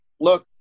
look